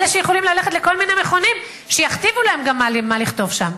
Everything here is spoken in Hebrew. אלה שיכולים ללכת לכל מיני מכונים שיכתיבו להם גם מה לכתוב שם.